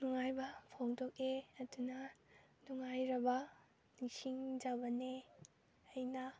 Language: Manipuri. ꯅꯨꯡꯉꯥꯏꯕ ꯐꯣꯡꯗꯣꯛꯑꯦ ꯑꯗꯨꯅ ꯅꯨꯡꯉꯥꯏꯔꯕ ꯅꯤꯡꯁꯤꯡꯖꯕꯅꯦ ꯑꯩꯅ